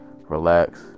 relax